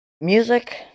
music